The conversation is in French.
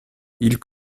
ils